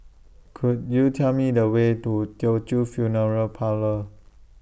Could YOU Tell Me The Way to Teochew Funeral Parlour